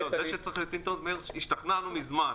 השתכנענו מזמן.